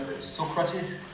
Socrates